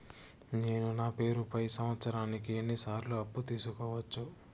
నేను నా పేరుపై సంవత్సరానికి ఎన్ని సార్లు అప్పు తీసుకోవచ్చు?